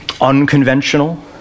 unconventional